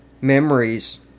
memories